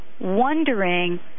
wondering